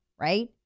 right